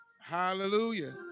Hallelujah